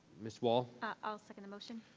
ms. wall? i'll second the motion.